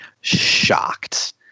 shocked